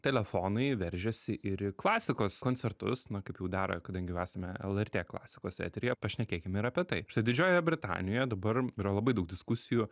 telefonai veržiasi ir į klasikos koncertus na kaip jau dera kadangi jau esame lrt klasikos eteryje pašnekėkime ir apie tai štai didžiojoje britanijoje dabar yra labai daug diskusijų